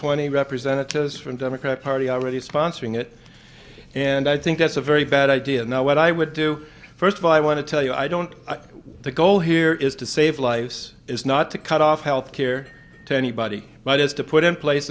twenty representatives from democrat party already sponsoring it and i think that's a very bad idea now what i would do first of all i want to tell you i don't the goal here is to save lives is not to cut off health care to anybody but is to put in place